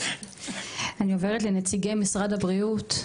אני עוברת לנציגי משרד הבריאות.